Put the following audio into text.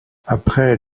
après